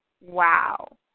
wow